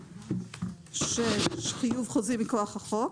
מוסד סיעודי מורכב,